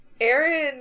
Aaron